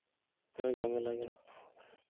ᱦᱳᱭ ᱡᱷᱟᱢᱮᱞᱟ ᱜᱮᱭᱟ ᱦᱟᱸᱜ